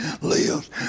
Lives